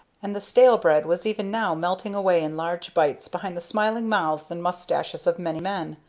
and the stale bread was even now melting away in large bites behind the smiling mouths and mustaches of many men.